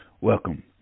Welcome